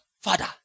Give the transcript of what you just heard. father